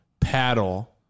paddle